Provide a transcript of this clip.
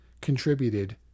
contributed